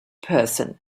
person